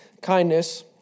kindness